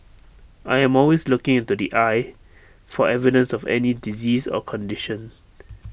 I am always looking into the eye for evidence of any disease or condition